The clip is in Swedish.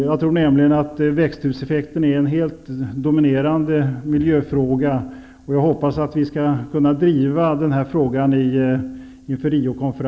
Jag tror nämligen att frågan om växthuseffekten är den helt dominerande miljöfrågan, och jag hoppas att vi offensivt skall kunna driva den frågan inför